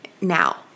now